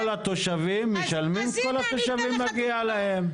אם כל התושבים משלמים, כל התושבים מגיע להם.